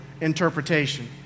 interpretation